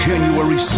January